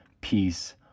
peace